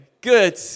good